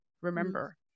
Remember